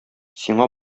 сиңа